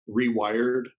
Rewired